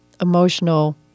emotional